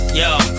yo